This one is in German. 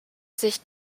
sich